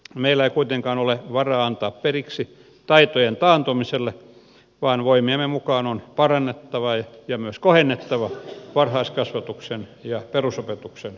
meillä ei kuitenkaan ole varaa antaa periksi taitojen taantumiselle vaan voimiemme mukaan on parannettava ja myös kohennettava varhaiskasvatuksen ja perusopetuksen laatua